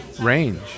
range